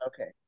okay